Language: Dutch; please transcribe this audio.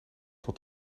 tot